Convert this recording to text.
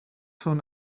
soon